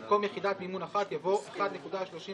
לפחות בעניין הזה יש לי פה ממשלת